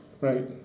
Right